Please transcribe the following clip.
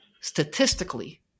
statistically